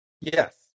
Yes